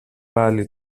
πάλι